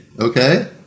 okay